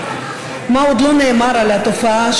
מה עוד לא נאמר על התופעה,